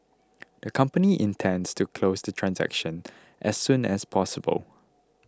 the company intends to close the transaction as soon as possible